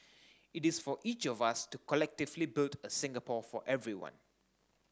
it is for each of us to collectively build a Singapore for everyone